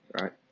Right